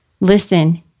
listen